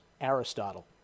Aristotle